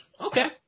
Okay